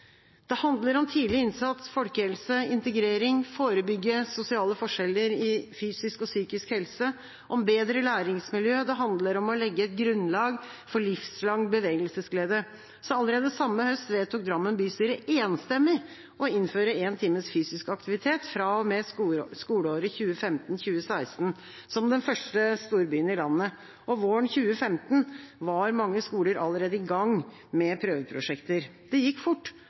Det handler om tidlig innsats, folkehelse, integrering, å forebygge sosiale forskjeller i fysisk og psykisk helse og om bedre læringsmiljø. Det handler om å legge et grunnlag for livslang bevegelsesglede. Så allerede samme høst vedtok Drammen bystyre enstemmig å innføre én times fysisk aktivitet fra og med skoleåret 2015–2016 – som den første storbyen i landet. Våren 2015 var mange skoler allerede i gang med prøveprosjekter. Det gikk fort,